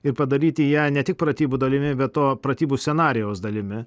ir padaryti ją ne tik pratybų dalimi bet to pratybų scenarijaus dalimi